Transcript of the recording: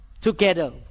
together